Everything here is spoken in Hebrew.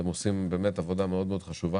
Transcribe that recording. אתם עושים עבודה מאוד חשובה,